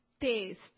taste